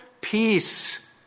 peace